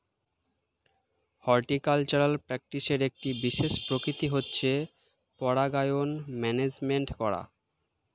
horticultural প্র্যাকটিসের একটি বিশেষ প্রকৃতি হচ্ছে পরাগায়ন ম্যানেজমেন্ট করা